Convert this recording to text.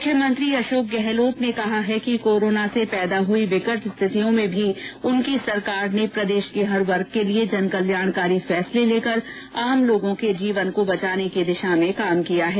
मुख्यमंत्री अशोक गहलोत ने कहा है कि कोरोना से पैदा हुई विकट स्थितियों में भी उनकी सरकार ने प्रदेश के हर वर्ग के लिए जनकल्याणकारी फैसले लेकर आम लोगों के जीवन बचाने की दिशा में काम किया है